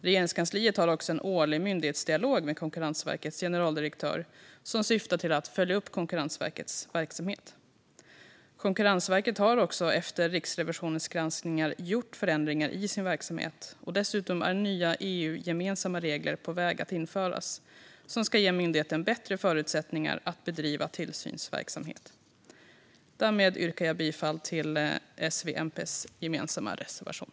Regeringskansliet har också en årlig myndighetsdialog med Konkurrensverkets generaldirektör som syftar till att följa upp Konkurrensverkets verksamhet. Konkurrensverket har efter Riksrevisionens granskning gjort förändringar i sin verksamhet. Dessutom är nya EU-gemensamma regler på väg att införas som ska ge myndigheten bättre förutsättningar att bedriva tillsynsverksamhet. Därmed yrkar jag bifall till S:s, V:s och MP:s gemensamma reservation.